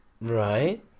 Right